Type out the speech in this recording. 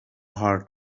heart